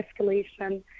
escalation